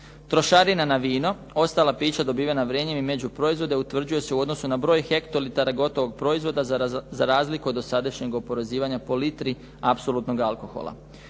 Trošarine na vino, ostala pića dobivena vrenjem i međuproizvode utvrđuju se u odnosu na broj hektolitara gotovog proizvoda za razliku od dosadašnjeg oporezivanja po litri apsolutnog alkohola.